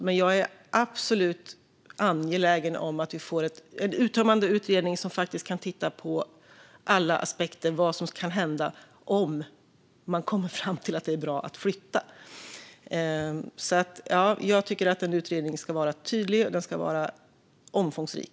Men jag är absolut angelägen om att vi får en uttömmande utredning som kan titta på alla aspekter och vad som kan hända om man kommer fram till att det är bra att flytta. Jag tycker att en utredning ska vara tydlig och omfångsrik.